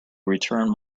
return